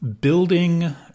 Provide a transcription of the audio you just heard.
building